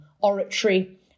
Oratory